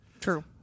True